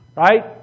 right